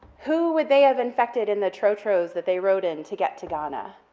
who would they have infected in the tro-tros that they rode in to get to ghana?